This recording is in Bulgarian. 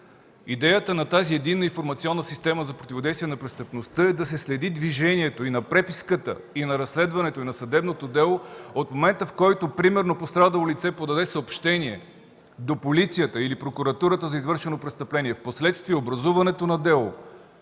Идеята на тази Единна информационна система за противодействие на престъпността е да се следи движението и на преписката, и на разследването, и на съдебното дело от момента, в който, примерно, пострадало лице подаде съобщение до полицията или прокуратурата за извършено престъпление, впоследствие образуването на дело,